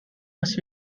must